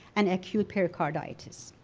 and acute pericarditis.